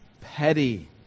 petty